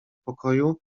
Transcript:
pokoju